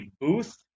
Booth